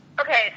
okay